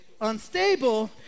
unstable